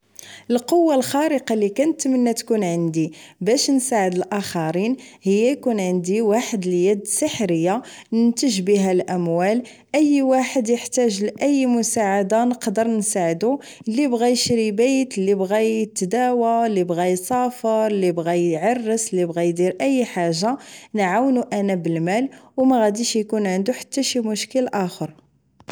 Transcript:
القوه الخارقه اللي كنتمنى تكون عندي باش نساعد الاخرين هي كون عندي واحد اليد سحريه ننتج بيها الاموال اي واحد يحتاج لاي مساعده نقدر نساعد اللي بغا يشري بيت اللي بغا يتداوى واللي بغا يسافر اللي بغى يعرس. للي بغا يدير اي حاجه نعاونو انا بالمال وماغاديش يكون عندو حتى شي مشكل اخر